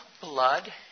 blood